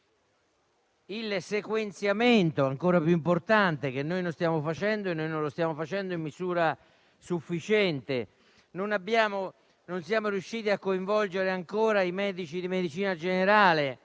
il sequenziamento (ancora più importante, che noi non stiamo facendo in misura sufficiente). Non siamo riusciti a coinvolgere ancora i medici di medicina generale